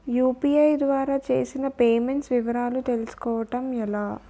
UPI ద్వారా చేసిన payments వివరాలు తెలుసుకోవటం ఎలా?